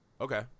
Okay